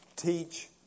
teach